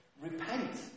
repent